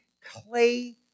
clay